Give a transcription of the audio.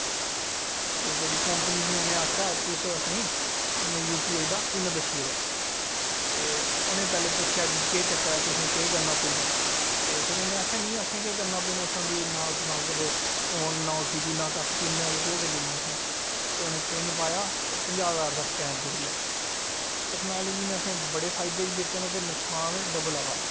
ते जेह्ड़ी कौंपनी ही उ'नें आखेआ हा तुस असें ई अपनी यू पी आई दा पिन दस्सी ओड़ो ते उ'नें पैह्लें पुच्छेआ कि केह् चक्कर ऐ तुसें केह् करना पिन ते फिर उ'नें आखेआ नेईं असें केह् करना पिन असें ते ना तुसें कदें ना ओ टी पी ना कक्ख बिना केह् करी लैना असें ते उ'नें पिन पाया ते पंजांह् ज्हार दा स्कैम करी लैआ टेक्नोलाॅजी ने असें ई बडे़ फायदे बी दित्ते न ते नुक्सान डबल आवा दे